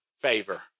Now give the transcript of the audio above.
favor